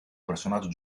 personaggio